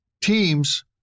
teams